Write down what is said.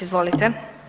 Izvolite.